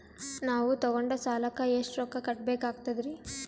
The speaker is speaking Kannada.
ನಾವು ತೊಗೊಂಡ ಸಾಲಕ್ಕ ಎಷ್ಟು ರೊಕ್ಕ ಕಟ್ಟಬೇಕಾಗ್ತದ್ರೀ?